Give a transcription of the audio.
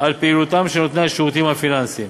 על פעילותם של נותני השירותים הפיננסיים.